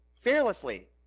fearlessly